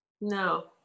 No